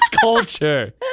culture